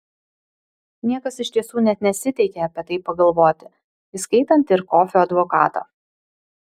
niekas iš tiesų net nesiteikė apie tai pagalvoti įskaitant ir kofio advokatą